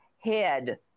head